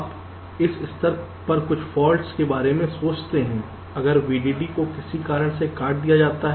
अब इस स्तर पर कुछ फॉल्ट्स के बारे में सोचते हैं अगर VDD को किसी कारण से काट दिया जाता है